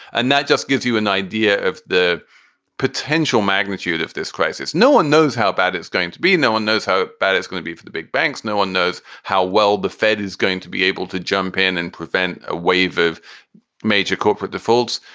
and that just gives you an idea of the potential magnitude of this crisis. no one knows how bad it's going to be. no one knows how bad it's going to be for the big banks. no one knows how well the fed is going to be able to jump in and prevent a wave of major corporate defaults.